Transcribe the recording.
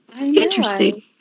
interesting